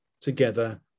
together